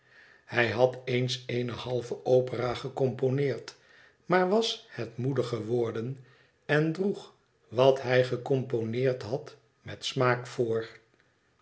hij had eens eene halve opera gecomponeerd maar was het moede geworden en droeg wat hij gecomponeerd had met smaak voor